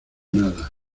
nada